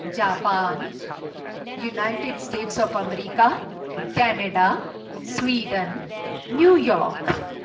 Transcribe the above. Japan United States of America Canada Sweden New York